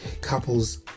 couples